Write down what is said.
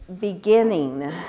beginning